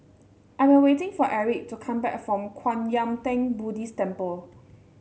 I'm waiting for Aric to come back from Kwan Yam Theng Buddhist Temple